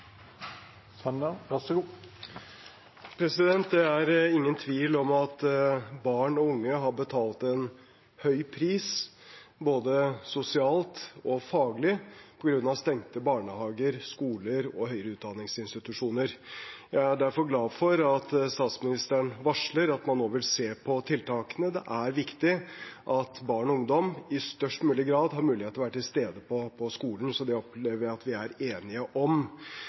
Det er ingen tvil om at barn og unge har betalt en høy pris både sosialt og faglig på grunn av stengte barnehager, skoler og høyere utdanningsinstitusjoner. Jeg er derfor glad for at statsministeren varsler at man nå vil se på tiltakene. Det er viktig at barn og ungdom i størst mulig grad har mulighet til å være til stede på skolen, og det opplever jeg at vi er enige om.